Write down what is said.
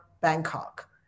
bangkok